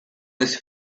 his